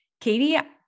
Katie